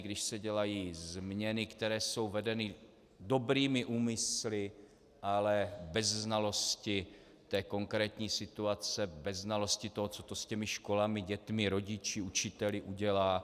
Když se dělají změny, které jsou vedeny dobrými úmysly, ale bez znalosti konkrétní situace, bez znalosti toho, co to s těmi školami, dětmi, rodiči, učiteli udělá.